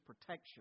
protection